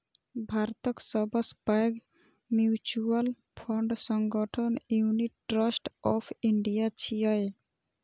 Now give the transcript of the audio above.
भारतक सबसं पैघ म्यूचुअल फंड संगठन यूनिट ट्रस्ट ऑफ इंडिया छियै